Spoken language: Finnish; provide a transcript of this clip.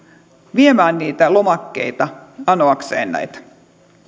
viemään lomakkeita anoakseen näitä